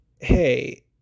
hey